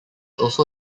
also